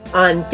on